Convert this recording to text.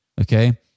Okay